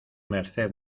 merced